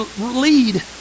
lead